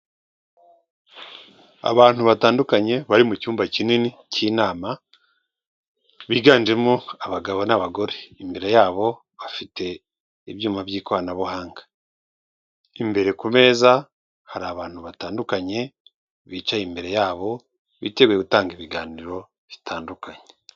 Abantu batandukanye bari mu cyumba kinini cy'inama, biganjemo abagabo n'abagore, imbere yabo bafite ibyuma by'ikoranabuhanga, imbere ku meza hari abantu batandukanye, bicaye imbere yabo, biteguye gutanga ibiganiro bitandukanye.